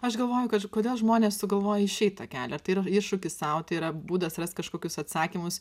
aš galvoju kad kodėl žmonės sugalvojo išeit tą kelią ar tai yra iššūkis sau tai yra būdas rast kažkokius atsakymus